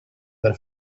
per